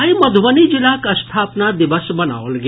आइ मध्रबनी जिलाक स्थापना दिवस मनाओल गेल